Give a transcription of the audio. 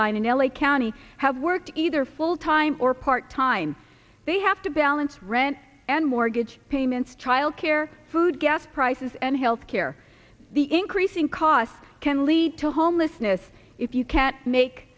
line in l a county have worked either full time or part time they have to balance rent and mortgage payments childcare food gas prices and health care the increasing costs can lead to homelessness if you can't make